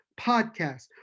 Podcast